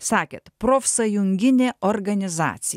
sakėt profsąjunginė organizacija